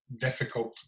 difficult